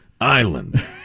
Island